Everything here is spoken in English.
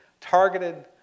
targeted